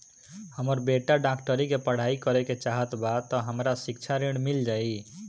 हमर बेटा डाक्टरी के पढ़ाई करेके चाहत बा त हमरा शिक्षा ऋण मिल जाई?